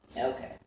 okay